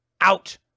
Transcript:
out